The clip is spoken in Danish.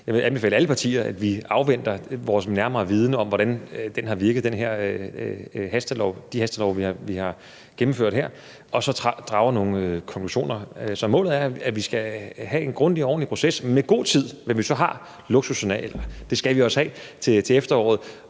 Jeg vil anbefale alle partierne, at vi afventer, at vi får en nærmere viden om, hvordan de her hastelove, vi her har gennemført, har virket, og så drager nogle konklusioner. Så målet er, at vi skal have en grundig og ordentlig proces og med god tid til efteråret – den luksus har vi, og den skal vi også have – og det